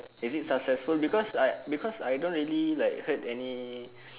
is it successful because I because I don't really like heard any